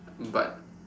um but